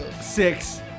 six